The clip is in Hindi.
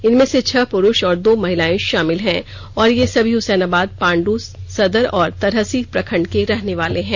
इनमें से छह प्रुष और दो महिलाएं शामिल है और ये सभी हुसैनाबाद पांडू सदर और तरहसी प्रखंड के रहने वाले है